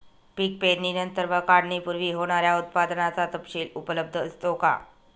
पीक पेरणीनंतर व काढणीपूर्वी होणाऱ्या उत्पादनाचा तपशील उपलब्ध असतो का?